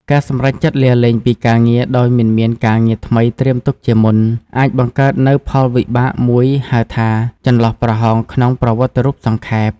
ការសម្រេចចិត្តលាលែងពីការងារដោយមិនមានការងារថ្មីត្រៀមទុកជាមុន អាចបង្កើតនូវផលវិបាកមួយហៅថា ចន្លោះប្រហោងក្នុងប្រវត្តិរូបសង្ខេប ។